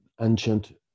ancient